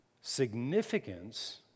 Significance